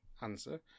answer